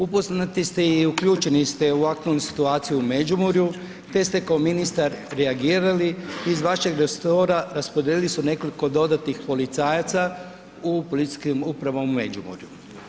Upoznati ste i uključeni ste u aktualnu situaciju u Međimurju te ste ko ministar reagirali, iz vašeg resora raspodijelili su nekoliko dodatnih policajaca u policijskim upravama u Međimurju.